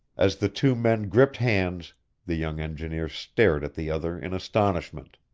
as the two men gripped hands the young engineer stared at the other in astonishment.